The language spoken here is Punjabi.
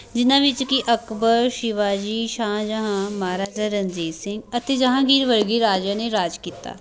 ਜਿਨ੍ਹਾਂ ਵਿੱਚ ਕਿ ਅਕਬਰ ਸ਼ਿਵਾਜੀ ਸ਼ਾਹ ਜਹਾਂ ਮਹਾਰਾਜਾ ਰਣਜੀਤ ਸਿੰਘ ਅਤੇ ਜਹਾਂਗੀਰ ਵਰਗੇ ਰਾਜਿਆਂ ਨੇ ਰਾਜ ਕੀਤਾ